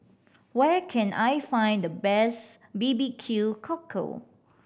where can I find the best B B Q Cockle